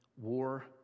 war